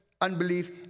Unbelief